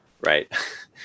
Right